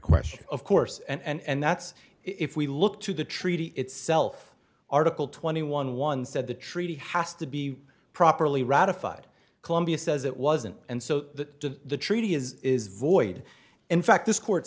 question of course and that's if we look to the treaty itself article twenty one one said the treaty has to be properly ratified columbia says it wasn't and so the treaty is is void in fact this court